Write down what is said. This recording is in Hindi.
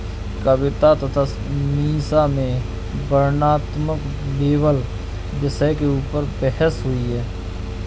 कविता तथा मीसा में वर्णनात्मक लेबल विषय के ऊपर बहस हुई